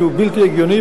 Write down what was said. שהוא בלתי הגיוני,